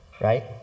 Right